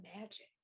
magic